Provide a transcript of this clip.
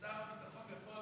שר הביטחון בפועל